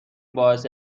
باعث